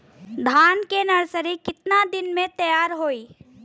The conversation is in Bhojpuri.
धान के नर्सरी कितना दिन में तैयार होई?